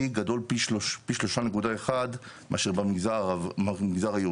גדול פי שלושה נקודה אחד מאשר במגזר היהודי.